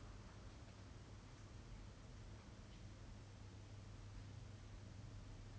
but honestly right is still not justified even if he touch it like their proper mediums to go through